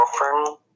girlfriend